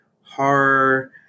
horror